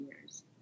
years